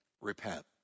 repent